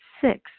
Six